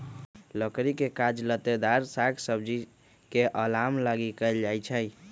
लकड़ी के काज लत्तेदार साग सब्जी के अलाम लागी कएल जाइ छइ